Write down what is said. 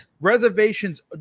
Reservations